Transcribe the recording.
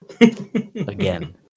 again